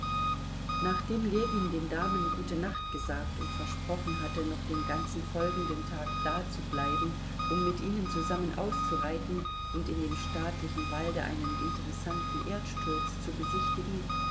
nachdem ljewin den damen gute nacht gesagt und versprochen hatte noch den ganzen folgenden tag dazubleiben um mit ihnen zusammen auszureiten und in dem staatlichen walde einen interessanten erdsturz zu besichtigen